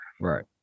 Right